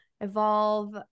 evolve